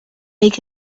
make